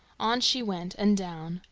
on she went, and down.